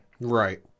Right